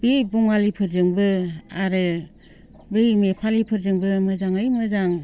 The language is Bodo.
बै बाङालिफोरजोंबो आरो बै नेफालिफोरजोंबो मोजाङै मोजां